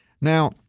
Now